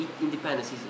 independence